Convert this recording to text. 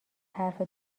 حرف